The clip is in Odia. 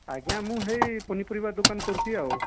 ଆଜ୍ଞା ମୁଁ ହେଇ ପନିପରିବା ଦୋକାନ କରୁଛି ଆଉ